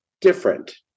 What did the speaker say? different